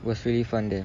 was really fun there